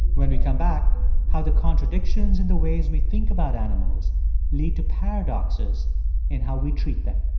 when we come back how the contradictions in the ways we think about animals lead to paradoxes in how we treat them